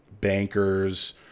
bankers